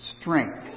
strength